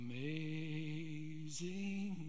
Amazing